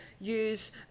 use